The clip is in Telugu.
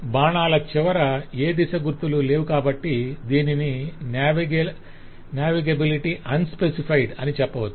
బాణాల చివర ఏ దిశ గుర్తులు లేవు కాబట్టి దీనిని నావిగేబిలిటీ ఆన్ స్పెసిఫైయిడ్ అని చెప్పవచ్చు